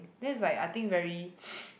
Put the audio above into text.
this is like I think very